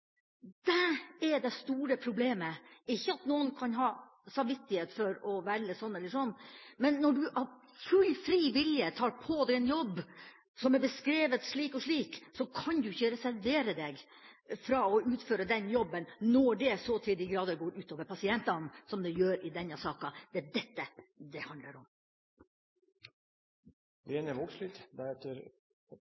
Det er det store problemet – ikke at noen kan ha samvittighet til å velge sånn eller sånn. Men når du av full, fri vilje tar på deg en jobb som er beskrevet slik og slik, kan du ikke reservere deg fra å utføre den jobben når det så til de grader går ut over pasientene som det gjør i denne saken. Det er dette det handler om.